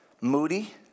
moody